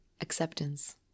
acceptance